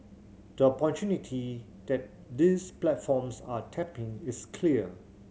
the opportunity that these platforms are tapping is clear